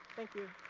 thank you.